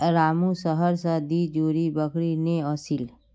रामू शहर स दी जोड़ी बकरी ने ओसील